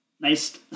nice